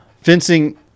fencing